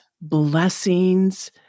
blessings